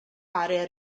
area